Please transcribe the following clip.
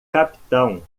capitão